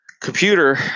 computer